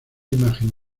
imagen